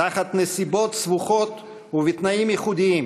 תחת נסיבות סבוכות ובתנאים ייחודיים,